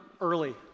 early